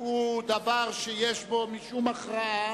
הוא דבר שיש בו משום הכרעה,